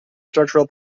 structural